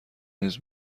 نیز